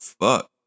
fuck